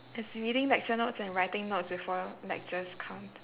as reading lecture notes and writing notes before lecturers come